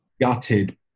gutted